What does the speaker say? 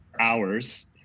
hours